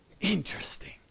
Interesting